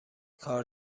کار